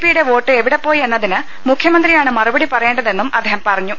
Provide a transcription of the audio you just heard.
പിയുടെ വോട്ട് എവിടെപോയി എന്നതിന് മുഖ്യമന്ത്രിയാണ് മറുപടി പറയേണ്ടതെന്നും അദ്ദേഹം പറഞ്ഞു